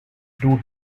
two